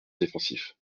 défensif